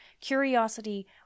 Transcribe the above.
Curiosity